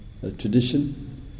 tradition